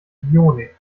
bionik